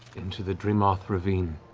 into the drimaulth ravine.